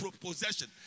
possession